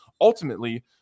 ultimately